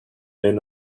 him